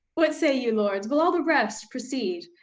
what say you lords, will all the rest proceed,